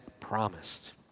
promised